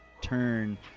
turn